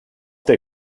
der